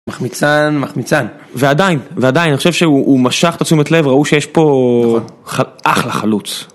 מחמיצן, מחמיצן, ועדיין, ועדיין, אני חושב שהוא משך את התשומת לב, ראו שיש פה אחלה חלוץ.